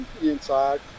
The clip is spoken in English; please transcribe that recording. inside